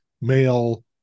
Male